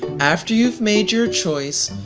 after you've made your choice,